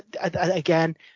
again